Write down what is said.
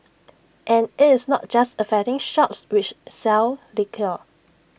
and IT is not just affecting shops which sell liquor